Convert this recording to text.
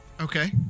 Okay